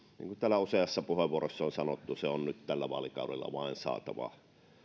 niin kuin täällä useassa puheenvuorossa on sanottu se on nyt tällä vaalikaudella vain saatava